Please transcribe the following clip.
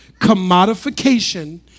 commodification